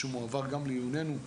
שמועבר גם לעיוננו,